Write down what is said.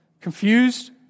confused